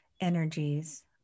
energies